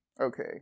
Okay